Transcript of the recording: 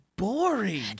Boring